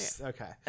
Okay